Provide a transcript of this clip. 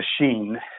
machine